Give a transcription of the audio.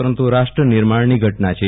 પરંતુ રાષ્ટ્ર નિર્માણની ઘટના છે